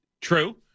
true